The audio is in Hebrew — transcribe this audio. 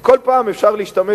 כל פעם אפשר להשתמש,